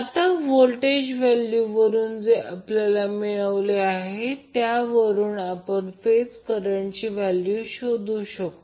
आता voltage value वरून जे आपल्याला मिळाले त्यावरून आपण फेज करंटची व्हॅल्यू शोधू शकतो